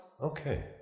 Okay